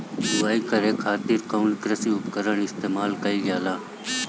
बुआई करे खातिर कउन कृषी उपकरण इस्तेमाल कईल जाला?